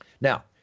now